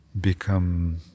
become